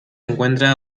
encuentra